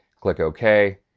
click ok.